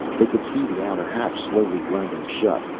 they could see the outer hatch slowly grinding shut.